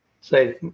say